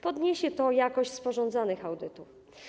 Podniesie to jakość sporządzonych audytów.